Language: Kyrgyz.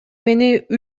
мени